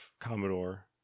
Commodore